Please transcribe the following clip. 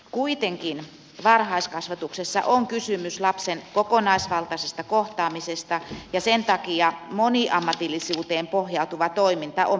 kuitenkin varhaiskasvatuksessa on kysymys lapsen kokonaisvaltaisesta kohtaamisesta ja sen takia moniammatillisuuteen pohjautuva toiminta on perusteltua